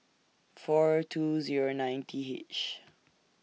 four two Zero nine T H